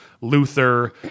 Luther